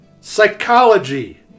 psychology